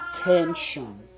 attention